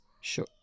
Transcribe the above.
Sure